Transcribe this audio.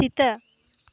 ᱥᱮᱛᱟ